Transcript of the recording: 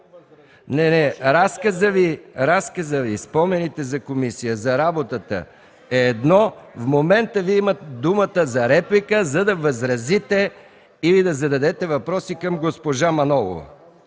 Не, не! Разказът Ви, спомените за комисия, за работата, е едно. В момента Вие имате думата за реплика, за да възразите и да зададете въпроси към госпожа Манолова.